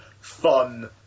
fun